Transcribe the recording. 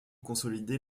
consolider